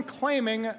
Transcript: claiming